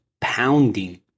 pounding